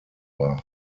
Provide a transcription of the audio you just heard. war